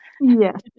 Yes